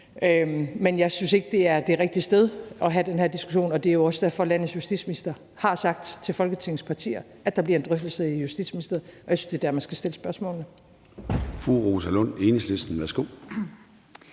men jeg synes ikke, at det er det rigtige sted at have den her diskussion. Det er jo også derfor, at landets justitsminister har sagt til Folketingets partier, at der bliver en drøftelse i Justitsministeriet, og jeg synes, at det er dér, man skal stille spørgsmålene.